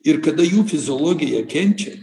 ir kada jų fiziologija kenčia